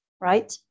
right